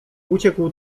uciekł